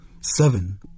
seven